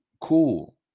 cool